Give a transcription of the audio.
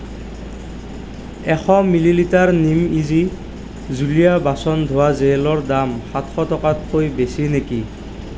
এশ মিলিলিটাৰ নিম ইজি জুলীয়া বাচন ধোৱা জেলৰ দাম সাতশ টকাতকৈ বেছি নেকি